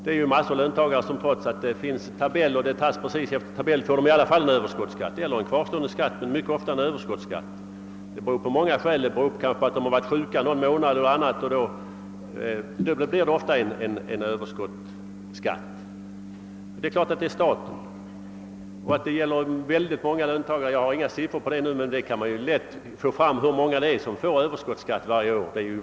En mängd löntagare får, trots att skatten dras exakt efter tabellerna, överskjutande eller kvarstående skatt — mycket ofta överskottsskatt. Detta beror på olika omständigheter. Kanske har vederbörande varit sjuk någon månad; då blir det ofta en överskottsskatt. Detta gäller oerhört många löntagare. Jag har inga siffror tillgängliga, men man kan lätt skaffa fram uppgifter om hur många som får Ööverskottsskatt varje år.